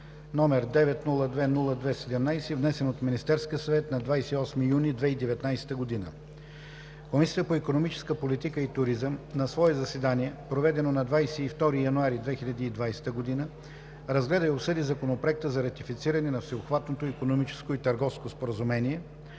№ 902-02-17, внесен от Министерския съвет на 28 юни 2019 г. Комисията по икономическа политика и туризъм на свое заседание, проведено на 22 януари 2020 г., разгледа и обсъди Законопроекта за ратифициране на Всеобхватното икономическо и търговско споразумение